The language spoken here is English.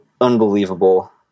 unbelievable